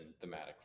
thematic